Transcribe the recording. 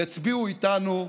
יצביעו איתנו,